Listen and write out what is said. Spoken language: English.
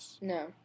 no